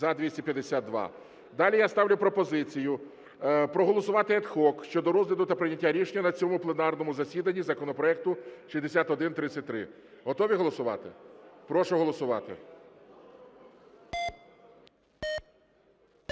Далі я ставлю пропозицію проголосувати ad hoc щодо розгляду та прийняття рішення на цьому пленарному засіданні законопроекту 6133. Готові голосувати? Прошу голосувати.